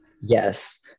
Yes